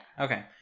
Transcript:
okay